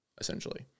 essentially